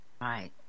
Right